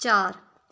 ਚਾਰ